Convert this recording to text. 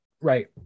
Right